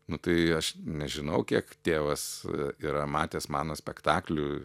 nu tai aš nežinau kiek tėvas yra matęs mano spektaklių